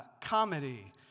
comedy